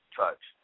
touch